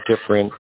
different